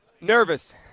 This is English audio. Nervous